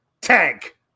Tank